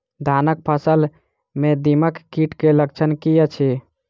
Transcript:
धानक फसल मे दीमक कीट केँ लक्षण की अछि?